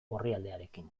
orrialdearekin